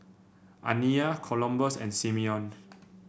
Aniya Columbus and Simeon